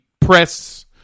press